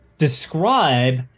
describe